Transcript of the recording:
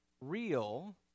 real